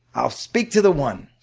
i'll speak to the one.